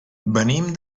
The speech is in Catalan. venim